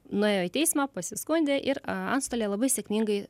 nuėjo į teismą pasiskundė ir a antstoliai labai sėkmingai